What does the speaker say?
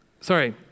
Sorry